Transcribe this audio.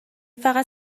فقط